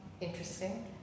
interesting